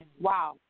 wow